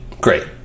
great